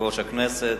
יושב-ראש הכנסת,